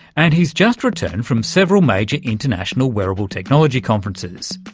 and he's just returned from several major international wearable technology conferences.